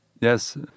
Yes